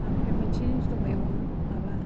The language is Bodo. ओमफ्राय मोनसे जिनिस दंबावो माबा